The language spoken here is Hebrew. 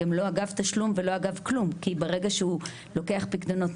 גם לא אגב תשלום ולא אגב כלום כי ברגע שהוא לוקח פיקדונות,